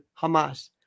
Hamas